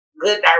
good